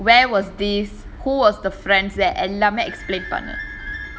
where was this who was the friends there எல்லாமே:ellaamae explain பண்ணு:pannu